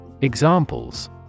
Examples